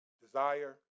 Desire